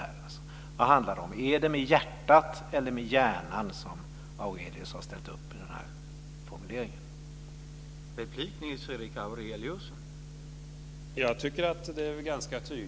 Är det med hjärtat eller hjärnan som Aurelius har ställt upp på denna formulering?